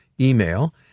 email